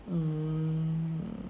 mm